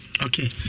Okay